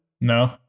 No